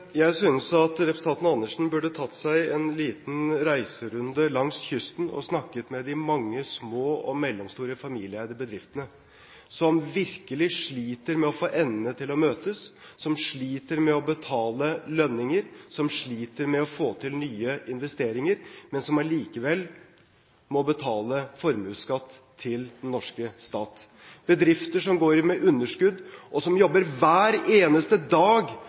Jeg synes at representanten Andersen burde tatt seg en liten reiserunde rundt kysten og snakket med de mange små og mellomstore familieeide bedriftene som virkelig sliter med å få endene til å møtes, som sliter med å betale lønninger, og som sliter med å få til nye investeringer, men som allikevel må betale formuesskatt til den norske stat. Bedrifter som går med underskudd, og som jobber hver eneste dag